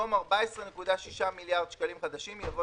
במקום "14.6 מיליארד שקלים חדשים" יבוא